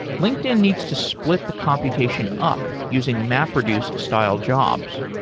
linkedin needs to split the computation up using mapreduce-style jobs.